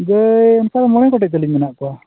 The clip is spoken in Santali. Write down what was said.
ᱜᱟᱹᱭ ᱚᱱᱠᱟ ᱢᱚᱬᱮ ᱜᱚᱴᱮᱡ ᱛᱟᱹᱞᱤᱧ ᱢᱮᱱᱟᱜ ᱠᱚᱣᱟ